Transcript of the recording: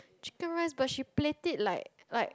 chicken rice but she plate it like like